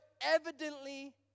evidently